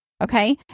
Okay